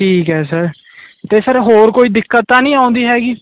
ਠੀਕ ਐ ਸਰ 'ਤੇ ਸਰ ਹੋਰ ਕਈ ਦਿਕੱਤ ਤਾਂ ਨੀ ਆਉਂਦੀ ਹੈਗੀ